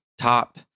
top